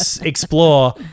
explore